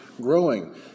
growing